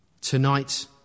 tonight